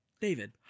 David